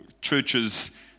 churches